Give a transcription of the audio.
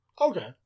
Okay